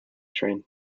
train